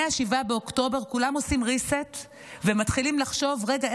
מ-7 באוקטובר כולם עושים reset ומתחילים לחשוב: רגע,